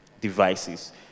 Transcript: devices